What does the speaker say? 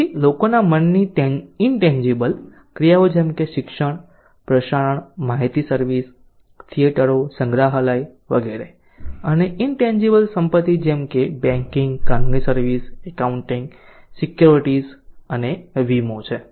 પછી લોકોના મનની ઇનટેન્જીબલ ક્રિયાઓ જેમ કે શિક્ષણ પ્રસારણ માહિતી સર્વિસ થિયેટરો સંગ્રહાલય વગેરે અને ઇનટેન્જીબલ સંપત્તિ જેવી કે બેંકિંગ કાનૂની સર્વિસ એકાઉન્ટિંગ સિક્યોરિટીઝ અને વીમો છે